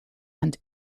and